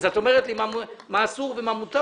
אז את אומרת לי מה אסור ומה מותר?